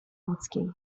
ludzkiej